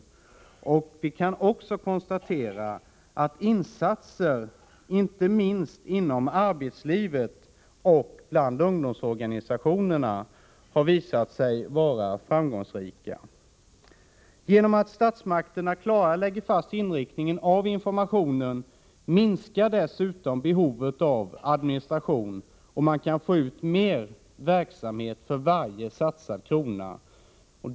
Vi kan dessutom konstatera att insatser inte minst inom arbetslivet och bland ungdomsorganisationerna har visat sig vara framgångsrika. Genom att statsmakterna klarare lägger fast inriktningen av informationen minskar behovet av administration. Man kan få ut mer verksamhet av varje satsad krona.